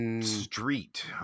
Street